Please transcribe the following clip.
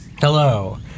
Hello